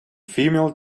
female